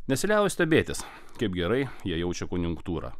nesiliauju stebėtis kaip gerai jie jaučia konjunktūrą